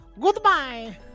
Goodbye